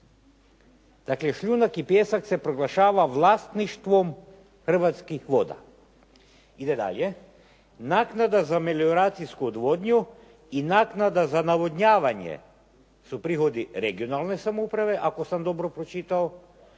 Dakle, šljunak i pijesak se proglašava vlasništvom Hrvatskih voda. Ide dalje, naknada za melioracijsku odvodnju i naknada za navodnjavanje su prihodi regionalne samouprave, ako sam dobro pročitao,